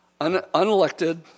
Unelected